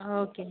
okay